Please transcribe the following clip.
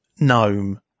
gnome